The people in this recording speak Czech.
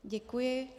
Děkuji.